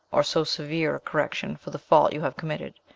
or so severe a correction, for the fault you have committed,